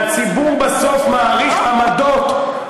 והציבור בסוף מעריך עמדות,